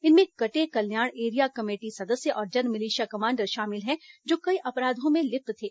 इनमें Katekalyan area committee सदस्य और जनमिलिशिया कमाण्डर शामिल हैं जो कई अपराधों में लिप्त थे